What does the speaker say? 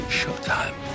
showtime